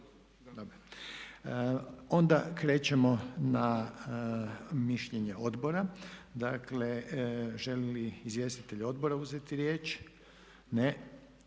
Onda krećemo na mišljenje Odbora. Dakle žele li izvjestitelji Odbora uzeti riječ? Ne.